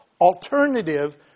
alternative